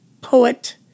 poet